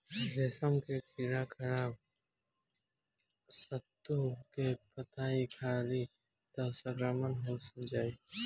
रेशम के कीड़ा खराब शहतूत के पतइ खाली त संक्रमित हो जाई